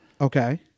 okay